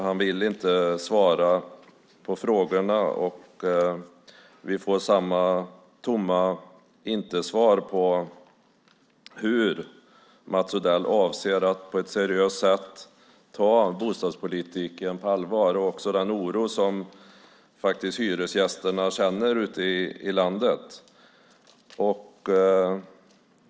Han vill inte svara på frågorna och vi får samma tomma ickesvar på om Mats Odell avser att ta bostadspolitiken på allvar och också när det gäller den oro som hyresgästerna känner ute i landet.